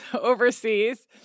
overseas